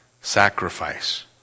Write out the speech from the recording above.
sacrifice